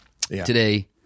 today